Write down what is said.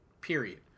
Period